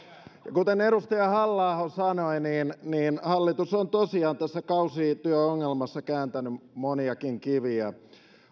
kuten edustaja halla aho sanoi hallitus on tosiaan tässä kausityöongelmassa kääntänyt moniakin kiviä